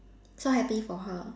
so happy for her